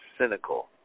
cynical